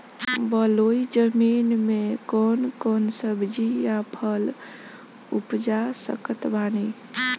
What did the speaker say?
बलुई जमीन मे कौन कौन सब्जी या फल उपजा सकत बानी?